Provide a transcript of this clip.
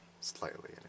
slightly